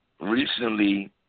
Recently